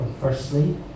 firstly